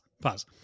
pause